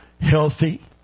healthy